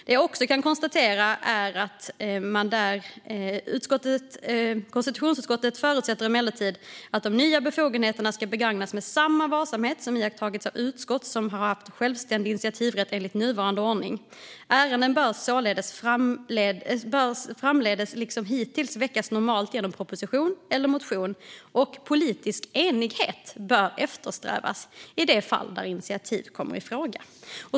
Men man skriver också: "Utskottet förutsätter emellertid, att de nya befogenheterna skall begagnas med samma varsamhet, som iakttagits av de utskott som har självständig initiativrätt enligt nuvarande ordning. Ärenden bör framdeles liksom hittills normalt väckas genom proposition eller motion, och politisk enighet bör eftersträvas i de fall där initiativ kommer i fråga."